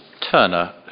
Turner